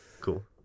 Cool